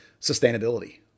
sustainability